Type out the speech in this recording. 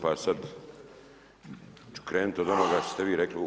Pa sada ću krenuti od onoga što ste vi rekli.